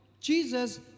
Jesus